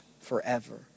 forever